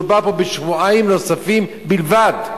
מדובר פה בשבועיים נוספים בלבד.